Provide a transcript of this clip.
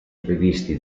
previsti